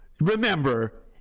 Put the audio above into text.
remember